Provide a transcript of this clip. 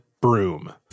broom